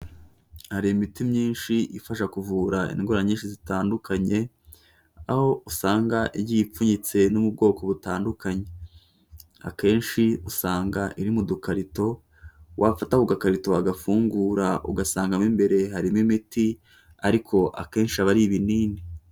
Hari imiti myinshi ifasha kuvura indwara nyinshi zitandukanye, aho usanga igiye ipfunyitse no mu bwoko butandukanye, akenshi usanga iri mu dukarito, wafata ku gakarito wagafungura ugasanga mo imbere harimo imiti, ariko akenshi aba ari ibinini.